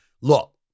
Look